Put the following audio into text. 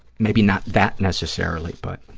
maybe not that necessarily, but,